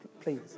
Please